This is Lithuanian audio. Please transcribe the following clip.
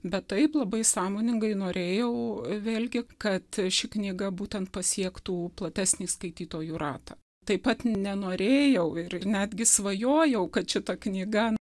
bet taip labai sąmoningai norėjau vėlgi kad ši knyga būtent pasiektų platesnį skaitytojų ratą taip pat nenorėjau ir netgi svajojau kad šita knyga